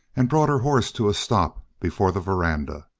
and brought her horse to a stop before the veranda.